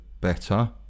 better